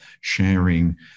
sharing